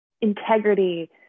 integrity